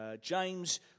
James